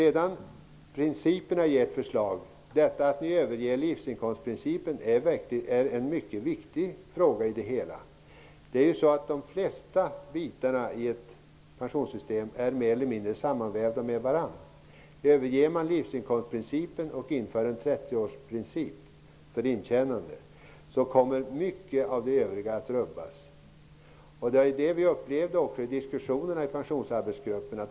Principerna i ert förslag, detta att ni överger livsinkomstprincipen, är en mycket viktig fråga i det hela. De flesta bitarna i ett pensionssystem är mer eller mindre sammanvävda med varandra. Överger man livsinkomstprincipen och inför en trettioårsprincip för intjänandet kommer mycket av det övriga att rubbas. Det upplevde vi ju också i diskussionerna i Pensionsarbetsgruppen.